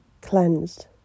cleansed